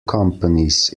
companies